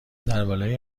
درباره